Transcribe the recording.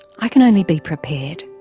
i can only be prepared.